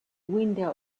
window